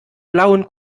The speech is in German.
blauen